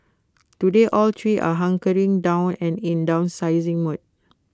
today all three are hunkering down and in downsizing mode